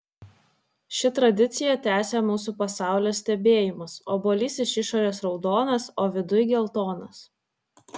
ši tradicija tęsia mūsų pasaulio stebėjimus obuolys iš išorės raudonas o viduj geltonas